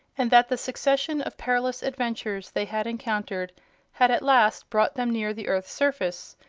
and that the succession of perilous adventures they had encountered had at last brought them near the earth's surface,